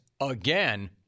again